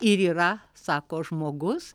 ir yra sako žmogus